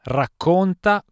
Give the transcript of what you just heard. racconta